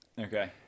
Okay